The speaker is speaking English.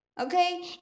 Okay